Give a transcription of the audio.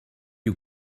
you